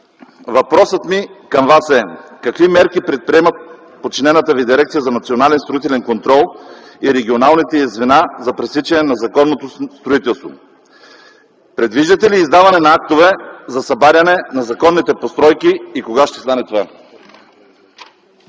Въпросът ми към Вас е: какви мерки предприема подчинената Ви Дирекция за национален строителен контрол и регионалните й звена за пресичане на незаконното строителство? Предвиждате ли издаване на актове за събаряне на незаконните постройки и кога ще стане това?